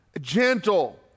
gentle